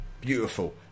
Beautiful